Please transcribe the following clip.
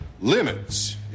limits